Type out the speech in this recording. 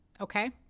Okay